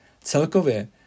Celkově